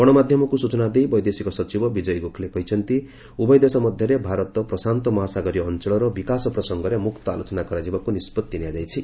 ଗଣମାଧ୍ୟମକୁ ସ୍ଟଚନା ଦେଇ ବୈଦେଶିକ ସଚିବ ବିଜୟ ଗୋଖ୍ଲେ କହିଛନ୍ତି ଉଭୟ ଦେଶ ମଧ୍ୟରେ ଭାରତ ପ୍ରଶାନ୍ତ ମହାସାଗରୀୟ ଅଞ୍ଚଳର ବିକାଶ ପ୍ରସଙ୍ଗରେ ମୁକ୍ତ ଆଲୋଚନା କରାଯିବାକୁ ନିଷ୍କତ୍ତି ନିଆଯାଇଛି